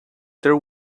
there